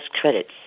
credits